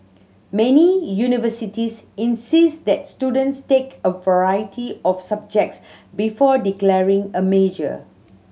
many universities insist that students take a variety of subjects before declaring a major